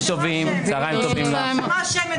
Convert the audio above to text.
בבקשה.